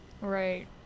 right